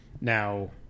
Now